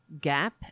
gap